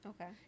Okay